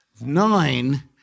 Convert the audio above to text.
nine